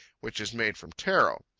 which is made from taro.